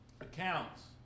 accounts